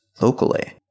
locally